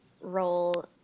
role